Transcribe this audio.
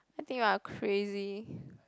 I think you're crazy